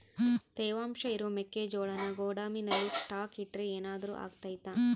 ತೇವಾಂಶ ಇರೋ ಮೆಕ್ಕೆಜೋಳನ ಗೋದಾಮಿನಲ್ಲಿ ಸ್ಟಾಕ್ ಇಟ್ರೆ ಏನಾದರೂ ಅಗ್ತೈತ?